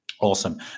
Awesome